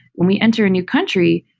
when we enter a new country,